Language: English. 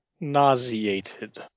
nauseated